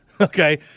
okay